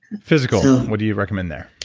physical. what do you recommend there?